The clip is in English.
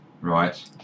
Right